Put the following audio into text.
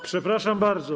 Przepraszam bardzo.